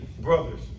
brothers